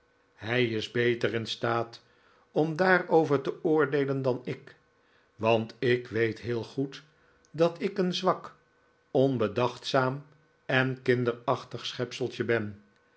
hij is beter in staat om daarover te oordeelen dan ik want ik weet heel goed dat ik een zwak onbedachtzaam en kinderachtig schepseltje ben